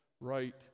right